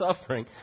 suffering